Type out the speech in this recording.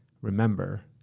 Remember